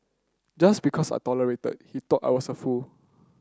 just because I tolerated he thought I was a fool